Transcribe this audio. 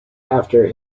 after